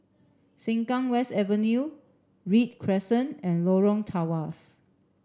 Sengkang West Avenue Read Crescent and Lorong Tawas